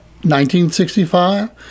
1965